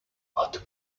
what